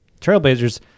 Trailblazers